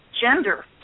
gender